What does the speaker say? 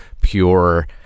pure